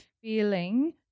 feeling